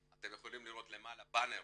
אתם יכולים לראות למעלה באנר